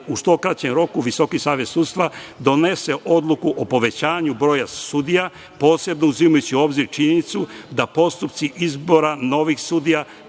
u što kraćem roku Visoki savet sudstva donese odluku o povećanju broja sudija, posebno uzimajući u obzir činjenicu da postupak izbora novih sudija